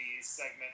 segment